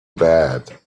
bad